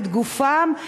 את גופם,